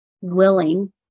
willing